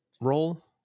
role